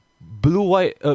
blue-white